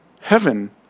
heaven